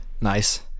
Nice